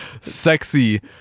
sexy